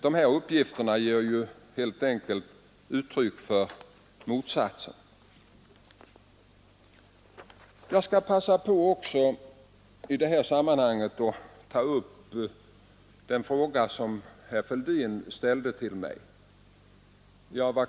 Dessa uppgifter ger helt enkelt belägg för motsatsen. Jag skall i detta sammanhang också passa på att ta upp den fråga som herr Fälldin ställde till mig.